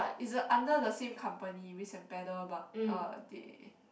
is under the same company Whisk and Paddle but uh they